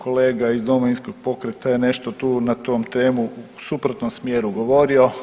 Kolega iz Domovinskog pokreta je nešto tu na tu temu u suprotnom smjeru govorio.